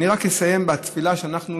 אני רק אסיים בתפילה שאנחנו,